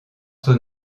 son